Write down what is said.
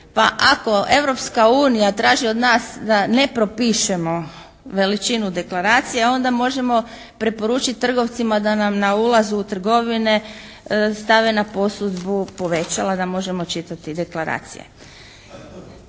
Pa ako Europska unija traži od nas da ne propišemo veličinu deklaracije onda možemo preporučiti trgovcima da nam na ulazu u trgovine stave na posudbu povećala da možemo čitati deklaracije.